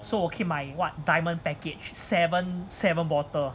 so 我可以买 what diamond package seven seven bottle